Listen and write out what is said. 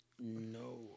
No